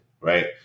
right